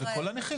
זה כל הנכים.